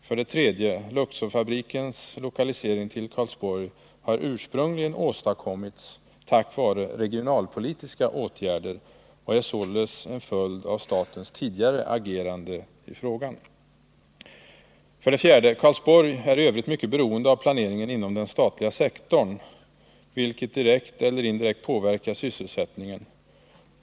För det tredje: Luxorfabrikens lokalisering till Karlsborg har ursprungligen åstadkommits tack vare regionalpolitiska åtgärder och är således en följd av statens tidigare agerande i frågan. För det fjärde: Karlsborg är i övrigt mycket beroende av planeringen inom den statliga sektorn, vilket direkt eller indirekt påverkar sysselsättningen.